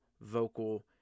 vocal